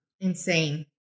Insane